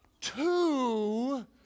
two